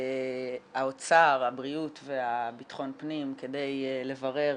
האוצר, הבריאות והביטחון פנים כדי לברר